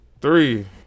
Three